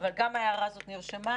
לכן ניתן לזה מענה,